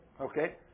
Okay